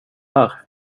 här